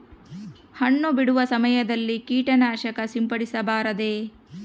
ಹಣ್ಣು ಬಿಡುವ ಸಮಯದಲ್ಲಿ ಕೇಟನಾಶಕ ಸಿಂಪಡಿಸಬಾರದೆ?